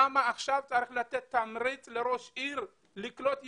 למה עכשיו צריך לתת תמריץ לראש עיר לקלוט יהודים?